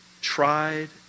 tried